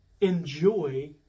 enjoy